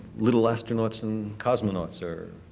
little astronauts and cosmonauts are